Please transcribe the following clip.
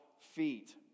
feet